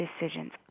decisions